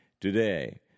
today